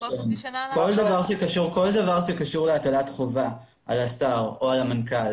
כל דבר שקשור להטלת חובה על השר או על המנכ"ל